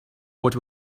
what